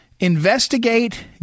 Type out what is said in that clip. investigate